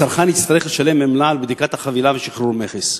הצרכן יצטרך לשלם עמלה על בדיקת החבילה ושחרור ממכס.